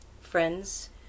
friends